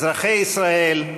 אזרחי ישראל,